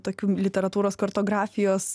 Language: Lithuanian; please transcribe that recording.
tokių literatūros kartografijos